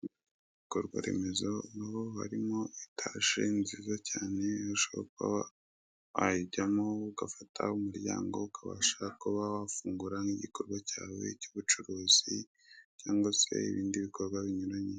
Mu bikorwa remezo naho harimo itaje nziza cyane ushobora kuba wayijyamo ugafata umuryango ukabasha kuba wafunguramo igikorwa cyawe cy'ubucuri cyangwa se ibindi bikorwa binyuranye.